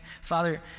Father